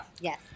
Yes